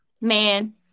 man